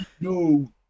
No